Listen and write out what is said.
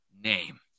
name